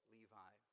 Levi